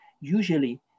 usually